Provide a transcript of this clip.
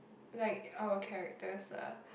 like our characters ah